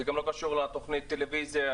זה גם לא קשור לתוכנית הטלוויזיה.